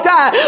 God